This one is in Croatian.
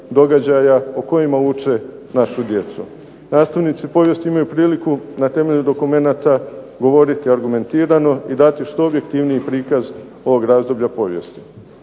događaja o kojima uče našu djecu. Nastavnici povijesti imaju priliku na temelju dokumenata govoriti argumentirano i dati što objektivniji prikaz ovog razdoblja povijesti.